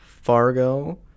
Fargo